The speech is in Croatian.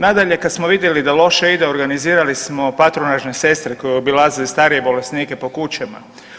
Nadalje, kad smo vidjeli da loše ide, organizirali smo patronažne sestre koje obilaze starije bolesnike po kućama.